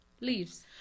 leaves